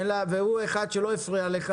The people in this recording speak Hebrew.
וניר לא הפריע לך,